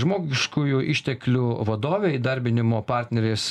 žmogiškųjų išteklių vadovė įdarbinimo partnerės